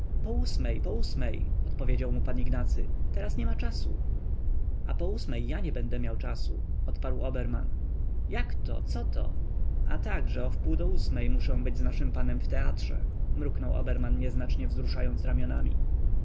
po ósmej po ósmej odpowiedział mu pan ignacy teraz niema czasu a po ósmej ja nie będę miał czasu odparł oberman jakto coto a tak że o wpół do ósmej muszę być z naszym panem w teatrze mruknął oberman nieznacznie wzruszając ramionami